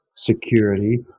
security